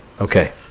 Okay